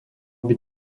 byť